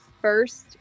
first